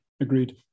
Agreed